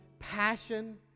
passion